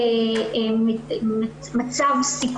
העו"ס של החסות עושה המון עבודה מול